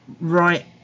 right